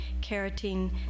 carotene